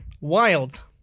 Wild